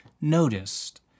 noticed